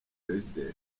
president